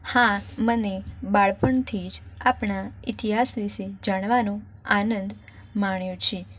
હા મને બાળપણથી જ આપણા ઈતિહાસ વિશે જાણવાનો આનંદ માણ્યો છે